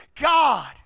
God